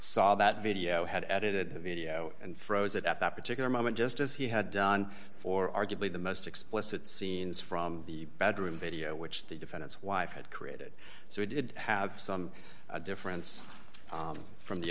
saw that video had edited the video and froze it at that particular moment just as he had done for arguably the most explicit scenes from the bedroom video which the defendants wife had created so we did have some difference from the